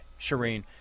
Shireen